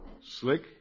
Slick